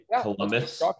Columbus